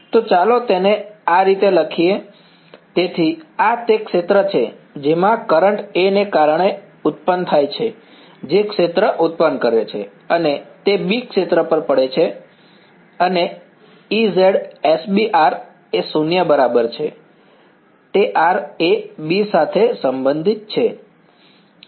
તો ચાલો તેને આ રીતે લખીએ તેથી આ તે ક્ષેત્ર છે જેમાં કરંટ A ને કારણે ઉત્પન્ન થાય છે જે ક્ષેત્ર ઉત્પન્ન કરે છે અને તે B ક્ષેત્ર પડે છે અને Ez sB એ શૂન્ય બરાબર છે તે r એ B સાથે સંબંધિત છે